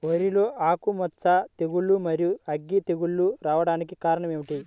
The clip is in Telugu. వరిలో ఆకుమచ్చ తెగులు, మరియు అగ్గి తెగులు రావడానికి కారణం ఏమిటి?